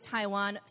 Taiwan